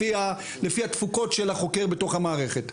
לפי התפוקות של החוקר בתוך המערכת.